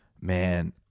Man